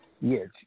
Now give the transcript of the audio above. Yes